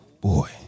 boy